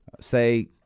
say